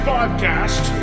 Podcast